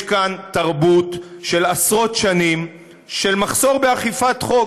יש כאן תרבות של עשרות שנים של מחסור באכיפת חוק.